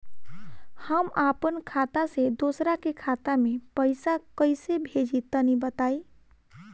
हम आपन खाता से दोसरा के खाता मे पईसा कइसे भेजि तनि बताईं?